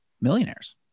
millionaires